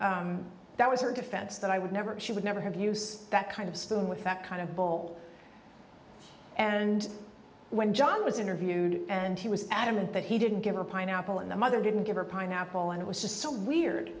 know that was her defense that i would never she would never have use that kind of spoon with that kind of bowl and when john was interviewed and he was adamant that he didn't give her pineapple and the mother didn't give her pineapple and it was so weird